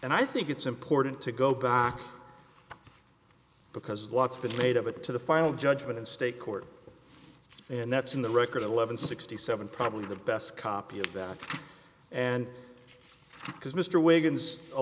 and i think it's important to go back because lot's been made of it to the final judgment in state court and that's in the record eleven sixty seven probably the best copy of that and because mr wiggins a